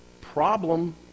Problem